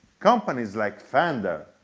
companies like fender,